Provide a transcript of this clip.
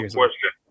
question